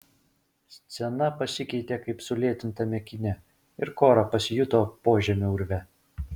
scena pasikeitė kaip sulėtintame kine ir kora pasijuto požemio urve